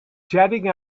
jetting